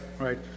right